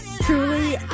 Truly